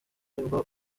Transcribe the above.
nibwo